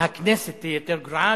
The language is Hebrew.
הכנסת תהיה יותר גרועה,